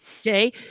Okay